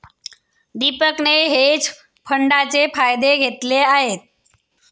दीपकने हेज फंडाचे फायदे घेतले आहेत